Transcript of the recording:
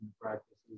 practices